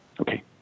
Okay